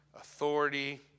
authority